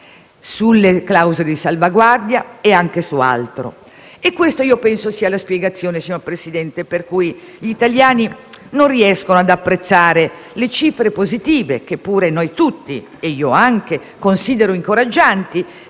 sulle clausole di salvaguardia e anche su altro. Penso che questa sia la spiegazione, signor Presidente, per cui gli italiani non riescono ad apprezzare le cifre positive, che pure noi tutti, e io anche, consideriamo incoraggianti,